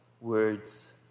words